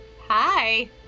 Hi